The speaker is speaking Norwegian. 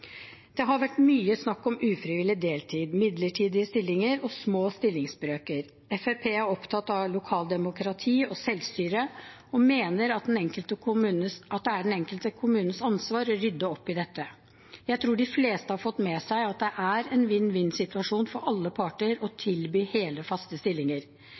Det har vært mye snakk om ufrivillig deltid, midlertidige stillinger og små stillingsbrøker. Fremskrittspartiet er opptatt av lokaldemokrati og selvstyre og mener det er den enkelte kommunes ansvar å rydde opp i dette. Jeg tror de fleste har fått med seg at det er en vinn-vinn-situasjon for alle parter å tilby hele, faste stillinger.